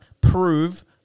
prove